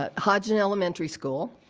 ah hodgin elementary school,